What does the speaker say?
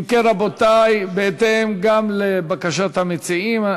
אם כן, רבותי, בהתאם, גם, לבקשת המציעים,